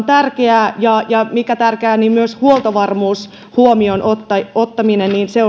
tärkeää ja ja mikä tärkeää myös huoltovarmuuden huomioon ottaminen se